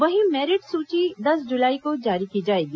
वहीं मेरिट सूची दस जुलाई को जारी की जाएगी